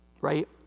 Right